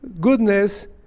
goodness